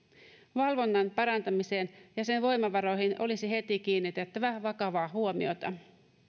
valvonnan parantamiseen ja sen voimavaroihin olisi heti kiinnitettävä vakavaa huomiota